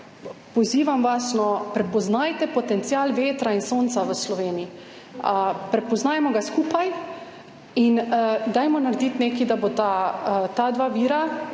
pozivam vas, prepoznajte potencial vetra in sonca v Sloveniji. Prepoznajmo ga skupaj in dajmo narediti nekaj, da bosta ta dva vira